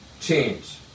change